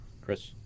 Chris